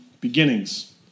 beginnings